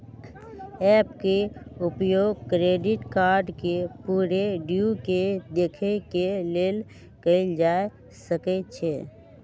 app के उपयोग credit card के पूरे ड्यू के देखे के लेल कएल जा सकइ छै